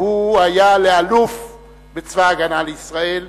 והוא היה לאלוף בצבא-הגנה לישראל,